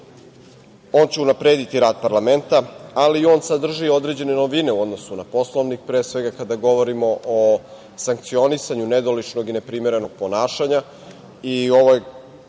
On će unaprediti rad parlamenta, ali on sadrži i određene novine u odnosu na Poslovnik, pre svega, kada govorimo o sankcionisanju nedoličnog i neprimerenog ponašanja